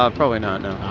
um probably not. no,